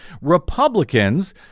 Republicans